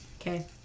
Okay